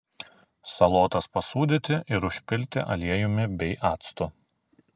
salotas pasūdyti ir užpilti aliejumi bei actu